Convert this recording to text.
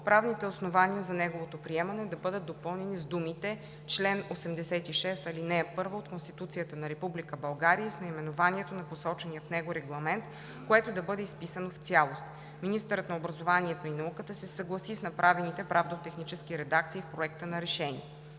правните основания за неговото приемане да бъдат допълнени с думите „чл. 86, ал. 1 от Конституцията на Република България“ и с наименованието на посочения в него регламент, което да бъде изписано в цялост. Министърът на образованието и науката се съгласи с направените правно-технически редакции в Проекта на решение.